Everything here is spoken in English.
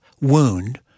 wound